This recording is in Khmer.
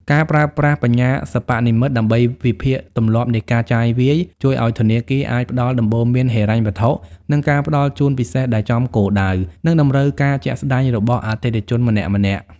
ការប្រើប្រាស់ បញ្ញាសិប្បនិម្មិត ដើម្បីវិភាគទម្លាប់នៃការចាយវាយ ជួយឱ្យធនាគារអាចផ្ដល់ដំបូន្មានហិរញ្ញវត្ថុ និងការផ្ដល់ជូនពិសេសដែលចំគោលដៅ និងតម្រូវការជាក់ស្ដែងរបស់អតិថិជនម្នាក់ៗ។